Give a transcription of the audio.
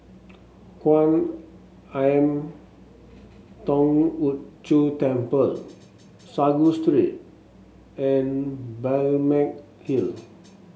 Kwan Im Thong Hood Cho Temple Sago Street and Balmeg Hill